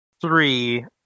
three